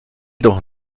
doch